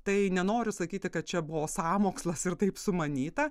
tai nenoriu sakyti kad čia buvo sąmokslas ir taip sumanyta